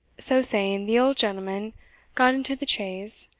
so saying, the old gentleman got into the chaise,